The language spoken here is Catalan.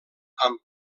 amb